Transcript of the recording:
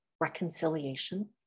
reconciliation